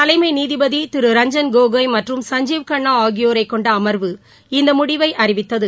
தலைமை நீதிபதி திரு ரஞ்சன் கோகோய் மற்றும் சஞ்சீவ் கண்ணா அகியோரை கொண்ட அமர்வு இந்த முடிவை அறிவித்தது